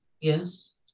Yes